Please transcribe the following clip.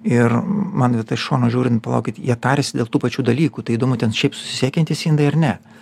ir man vat iš šono žiūrint palaukit jie tariasi dėl tų pačių dalykų tai įdomu ten šiaip susisiekiantys indai ar ne